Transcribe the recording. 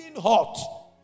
hot